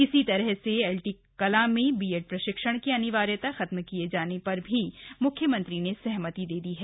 इसी तरह से एलटी कला में बीएड प्रशिक्षण की अनिवार्यता खत्म किए जाने पर भी मुख्यमंत्री ने सहमति दे दी है